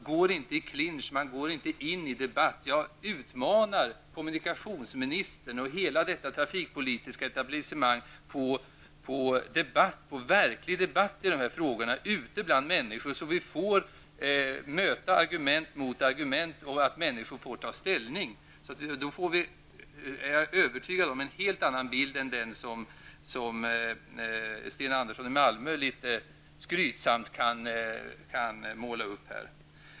Man går inte i clinch, och man går inte in i debatten. Jag utmanar kommunikationsministern och hela det trafikpolitiska etablissemanget på en verklig debatt i dessa frågor ute bland människor. Då får vi möta argument både för och emot, och människor får ta ställning. Jag är övertygad om att vi då får en helt annan bild än den som Sten Andersson i Malmö litet skrytsamt målar upp här.